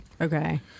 Okay